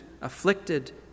afflicted